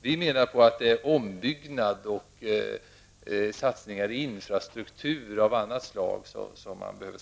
Vi menar att ombyggnad och satsningar på infrastruktur av olika slag är vad vi behöver.